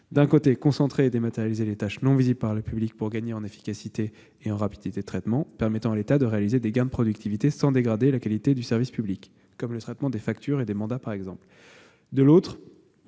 voulons concentrer et dématérialiser les tâches non visibles par le public pour gagner en efficacité et en rapidité de traitement, et permettre ainsi à l'État de réaliser des gains de productivité sans dégrader la qualité du service public : je pense en particulier au traitement des factures et des mandats. De l'autre,